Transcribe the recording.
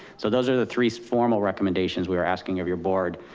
so those are the three formal recommendations we are asking of your board,